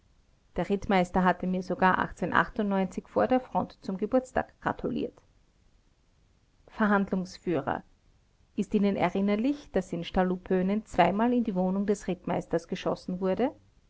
der rittmeister hatte mir sogar vor der front zum geburtstag gratuliert verh führer ist ihnen erinnerlich daß in stallupönen zweimal in die wohnung des rittmeisters geschossen wurde